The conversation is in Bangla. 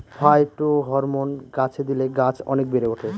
ফাইটোহরমোন গাছে দিলে গাছ অনেক বেড়ে ওঠে